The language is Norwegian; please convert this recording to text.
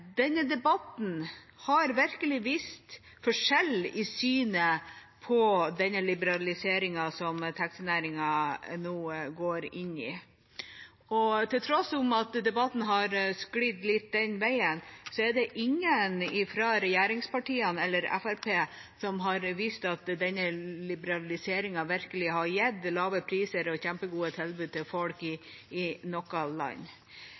Denne debatten har virkelig vist forskjeller i synet på liberaliseringen som taxinæringen nå går inn i. Til tross for at debatten har sklidd litt den veien, er det ingen fra regjeringspartiene eller Fremskrittspartiet som har vist at denne liberaliseringen virkelig har gitt lave priser og kjempegode tilbud til folk i noe land.